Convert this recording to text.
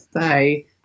say